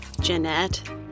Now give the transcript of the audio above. Jeanette